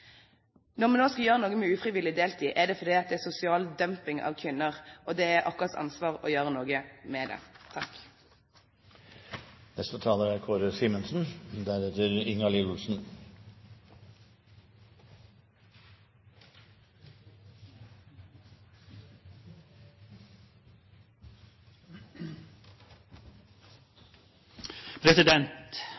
Når vi nå vil gjøre noe med ufrivillig deltid, er det fordi det er sosial dumping av kvinner, og det er vårt ansvar å gjøre noe med det.